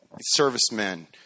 servicemen